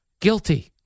Guilty